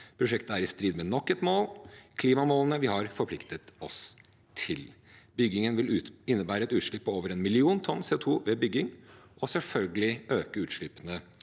Prosjektet er i strid med nok et mål – klimamålene vi har forpliktet oss til. Byggingen vil innebære et utslipp på over 1 million tonn CO2 ved bygging, og utslippene